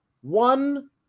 one